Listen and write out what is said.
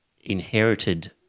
inherited